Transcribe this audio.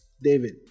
David